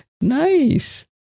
Nice